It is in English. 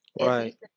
Right